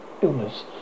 illness